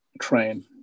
train